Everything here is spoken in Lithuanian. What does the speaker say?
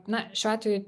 na šiuo atveju